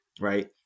right